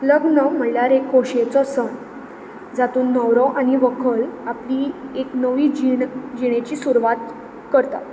लग्न म्हणल्यार एक खोशयेचो सण जातूंत न्हवरो आनी व्हकल आपली एक नवी जीण जिणेची सुरवात करता